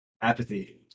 apathy